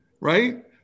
right